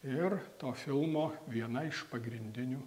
ir to filmo viena iš pagrindinių